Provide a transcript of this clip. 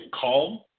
calm